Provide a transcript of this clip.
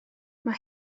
mae